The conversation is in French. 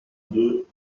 deux